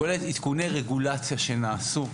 כולל עדכוני רגולציה שנעשו,